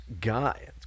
guy